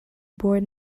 bored